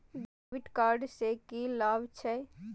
डेविट कार्ड से की लाभ छै?